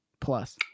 plus